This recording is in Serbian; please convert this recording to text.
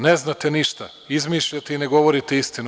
Ne znate ništa, izmišljate i ne govorite istinu.